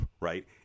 Right